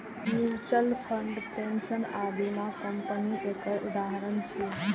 mutual fund, pension आ बीमा company एकर उदाहरण छियै